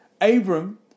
Abram